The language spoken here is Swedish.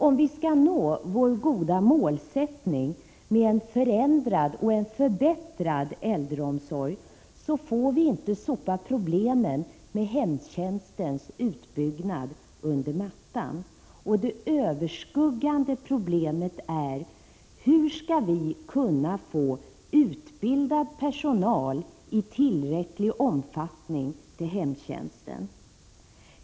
Om vi skall nå vårt goda mål, en förändrad och förbättrad äldreomsorg, får vi inte sopa problemen med hemtjänstens utbyggnad under mattan. Det överskuggande problemet är hur vi skall kunna få utbildad personal i tillräcklig omfattning till hemtjänsten.